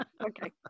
okay